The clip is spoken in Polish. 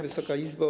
Wysoka Izbo!